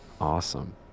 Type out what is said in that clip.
awesome